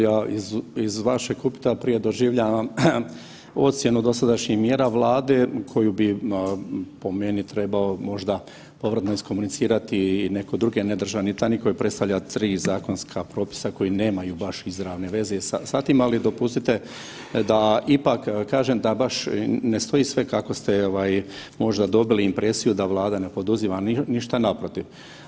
Ja iz vašeg upita prije doživljavam ocjenu dosadašnjih mjera Vlade koju bi po meni možda trebao povratno izkomunicirati i netko drugi, a ne državni tajnik koji predstavlja 3 zakonska propisa koji nemaju baš izravne veze sa tim, ali dopustite da ipak kažem da vaš ne stoji sve kako ste ovaj možda dobili impresiju da Vlada ne poduzima ništa, naprotiv.